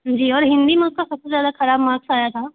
जी और हिंदी में उसका सबसे ज़्यादा खराब मार्क्स आया था